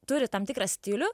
turi tam tikrą stilių